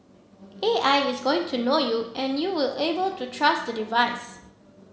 A I is going to know you and you will be able to trust the device